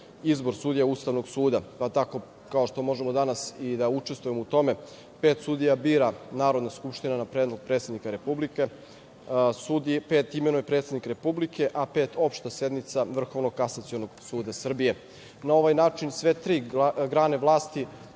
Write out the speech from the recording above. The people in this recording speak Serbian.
izbor sudija Ustavnog suda, pa tako, kao što možemo danas i da učestvujemo u tome pet sudija bira Narodna skupština na predlog predsednika Republike, pet imenuje predsednik Republike, a pet Opšta sednica Vrhovnog Kasacionog suda Srbije. Na ovaj način sve tri grane vlasti